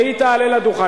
והיא תעלה לדוכן.